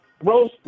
Rose